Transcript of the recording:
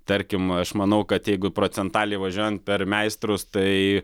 tarkim aš manau kad jeigu procentaliai važiuojant per meistrus tai